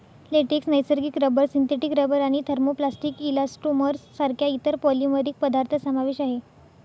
latex, नैसर्गिक rubber, synthetic rubber आणि thermoplastic elastomers सारख्या इतर पॉलिमरिक पदार्थ समावेश आहे